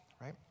Right